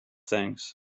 things